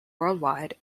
worldwide